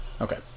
Okay